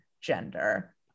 gender